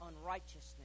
unrighteousness